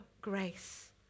grace